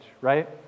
right